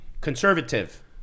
Conservative